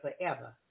forever